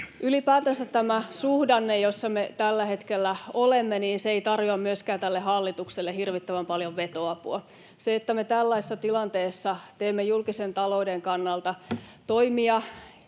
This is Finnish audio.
Ylipäätänsä tämä suhdanne, jossa me tällä hetkellä olemme, ei tarjoa tälle hallitukselle myöskään hirvittävän paljon vetoapua — se, että me tällaisessa tilanteessa teemme julkisen talouden kannalta toimia